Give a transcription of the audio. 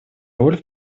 роль